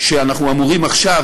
אנחנו אמורים עכשיו,